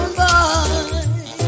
boy